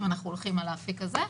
אם אנחנו הולכים על האפיק הזה,